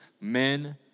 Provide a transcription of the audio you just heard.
men